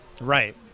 Right